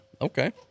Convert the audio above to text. Okay